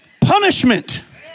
Punishment